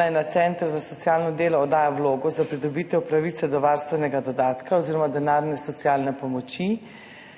naj na center za socialno delo oddajo vlogo za pridobitev pravice do varstvenega dodatka oziroma denarne socialne pomoči,